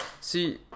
see